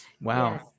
Wow